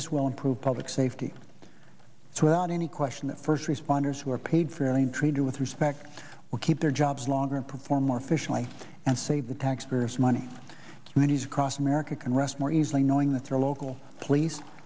this will improve public safety to about any question that first responders who are paid fairly and treated with respect or keep their jobs longer and perform more efficiently and save the taxpayers money when he's across america can rest more easily knowing that their local police